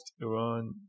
Iran